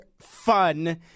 fun